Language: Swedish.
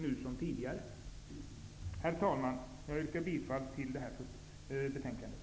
Herr talman! Jag yrkar bifall till hemställan i betänkandet.